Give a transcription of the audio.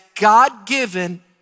God-given